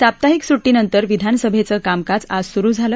साप्ताहिक सुट्टीनंतर विधानसभेचं कामकाज आज सुरु झालं